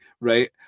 right